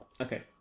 Okay